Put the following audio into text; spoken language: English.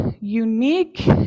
unique